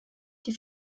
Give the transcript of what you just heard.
die